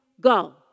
go